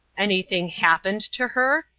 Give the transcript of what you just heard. anything happened to her?